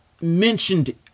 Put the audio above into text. mentioned